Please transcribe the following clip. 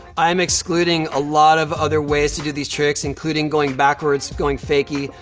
i'm excluding a lot of other ways to do these tricks, including going backwards, going fakie,